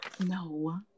No